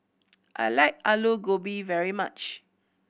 I like Alu Gobi very much